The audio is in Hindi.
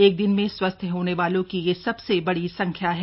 एक दिन में स्वस्थ होने वालों की यह सबसे बड़ी संख्या है